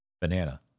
Banana